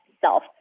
self